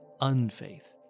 unfaith